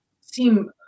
seem